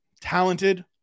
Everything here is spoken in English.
talented